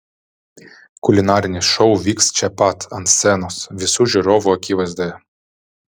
kulinarinis šou vyks čia pat ant scenos visų žiūrovų akivaizdoje